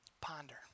Ponder